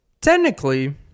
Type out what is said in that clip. Technically